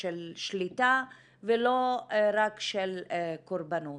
של שליטה ולא רק של קורבנות.